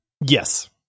Yes